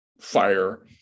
fire